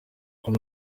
uru